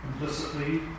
implicitly